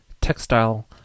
textile